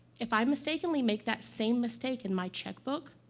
if i mistakenly make that same mistake in my checkbook,